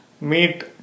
Meet